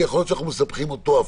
ויכול להיות שאנחנו אפילו מסבכים אותו.